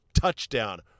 Touchdown